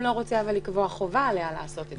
אתה לא רוצה לקבוע חובה עליה לעשות את זה.